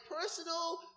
personal